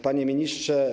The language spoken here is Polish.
Panie Ministrze!